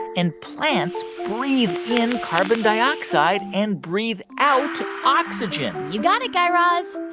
and plants breathe in carbon dioxide and breathe out oxygen you got it, guy raz.